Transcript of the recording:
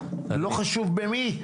זה לא חשוב במי,